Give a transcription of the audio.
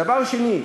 דבר שני,